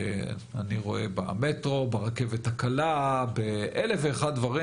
אני רואה במטרו, ברכבת הקלה, באלף ואחד דברים.